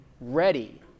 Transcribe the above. ready